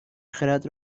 خرد